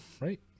right